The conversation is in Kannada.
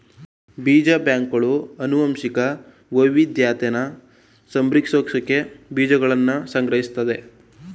ಬೀಜ ಬ್ಯಾಂಕ್ಗಳು ಅನುವಂಶಿಕ ವೈವಿದ್ಯತೆನ ಸಂರಕ್ಷಿಸ್ಸೋಕೆ ಬೀಜಗಳ್ನ ಸಂಗ್ರಹಿಸ್ತದೆ